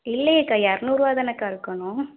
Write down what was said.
இல்லையே அக்கா இரநூறுவா தானே அக்கா இருக்கணும்